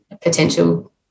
potential